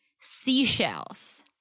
Seashells